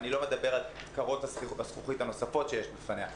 ואני לא מדבר על קירות הזכוכית הנוספים שיש בפניה.